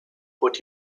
put